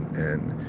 and